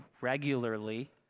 regularly